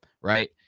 right